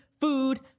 food